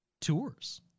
tours